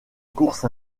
course